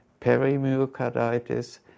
perimyocarditis